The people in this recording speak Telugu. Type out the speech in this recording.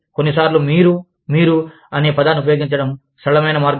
కొన్నిసార్లు మీరు మీరు అనే పదాన్ని ఉపయోగించడం సరళమైన మార్గం